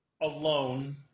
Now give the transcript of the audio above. alone